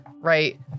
right